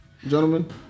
Gentlemen